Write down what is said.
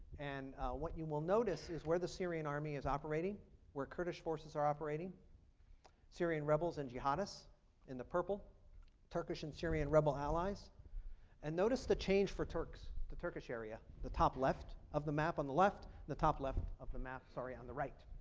and what you will notice is where the syrian army is operating where kurdish forces are operating syrian rebels and jihadists in the purple turkish and syrian rebel allies and notice the change for turks, the turkish area at the top left of the map on the left the top left of the map sorry on the right.